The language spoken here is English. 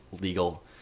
legal